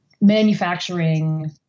Manufacturing